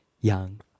young